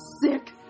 sick